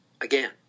again